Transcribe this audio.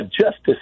justice